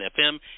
FM